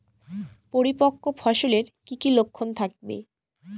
পরিপক্ক ফসলের কি কি লক্ষণ থাকবে?